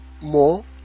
more